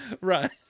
Right